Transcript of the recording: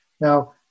Now